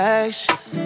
actions